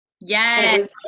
Yes